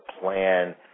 plan